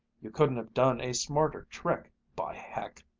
you couldn't have done a smarter trick, by heck!